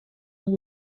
will